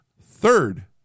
Third